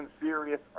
serious